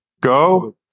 go